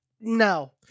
No